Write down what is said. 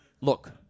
Look